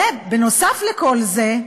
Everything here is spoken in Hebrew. בנוסף לכל זה,